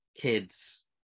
kids